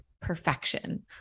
perfection